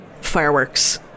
fireworks